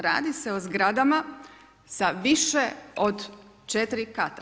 Radi se o zgradama sa više od 4 kata.